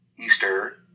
easter